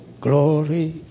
glory